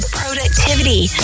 productivity